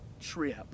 trip